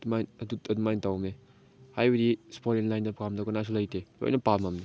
ꯑꯗꯨꯃꯥꯏꯅ ꯑꯗꯨ ꯑꯗꯨꯃꯥꯏꯅ ꯇꯧꯕꯅꯤ ꯍꯥꯏꯕꯗꯤ ꯏꯁꯄꯣꯔꯠꯀꯤ ꯂꯥꯏꯟꯗ ꯄꯥꯝꯗꯕ ꯀꯅꯥꯁꯨ ꯂꯩꯇꯦ ꯂꯣꯏꯅ ꯄꯥꯝꯃꯝꯃꯤ